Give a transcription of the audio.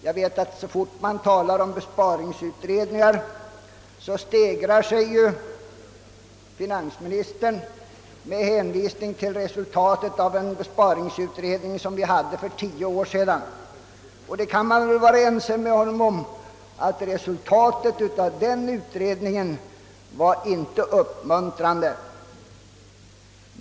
Jag vet att så fort man talar om besparingsutredningar stegrar sig finansministern med tanke på resultatet av en besparingsutredning för åtta år sedan, och jag är ense med honom om att resultatet av den utredningen inte var uppmuntrande.